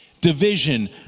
division